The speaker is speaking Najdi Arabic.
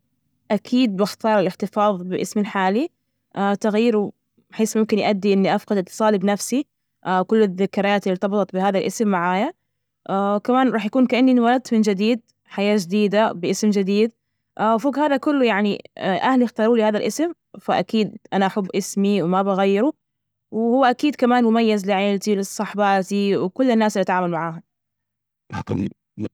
أكيد بختار الاحتفاظ باسمي الحالي، تغييره، بحيث ممكن يؤدي إني أفقد اتصال بنفسي، كل الذكريات اللي ارتبطت بهذا الاسم معايا، وكمان رح يكون كأني انولدت من جديد، حياة جديدة باسم جديد، وفوج هذا كله يعني أهلي اختاروا لي هذا الاسم، فأكيد أنا أحب اسمي وما بغيره، وهو أكيد كمان مميز لعيلتي لصاحباتي وكل الناس إللي اتعامل معاهم.